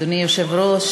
אדוני היושב-ראש,